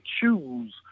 choose